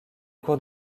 cours